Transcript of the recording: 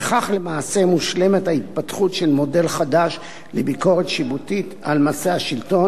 בכך למעשה מושלמת ההתפתחות של מודל חדש לביקורת שיפוטית על מעשי השלטון,